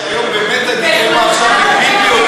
באמת הדילמה עכשיו היא ביבי או